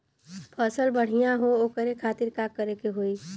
फसल बढ़ियां हो ओकरे खातिर का करे के होई?